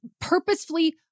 purposefully